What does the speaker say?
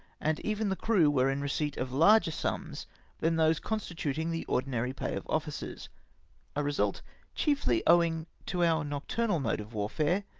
and even the crew were in receipt of larger sums than those constituting the ordinary pay of officers a result chiefly owing to our nocturnal mode of warfare,